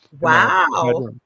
Wow